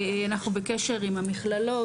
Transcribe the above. אנחנו בקשר עם המכללות,